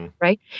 right